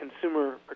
consumer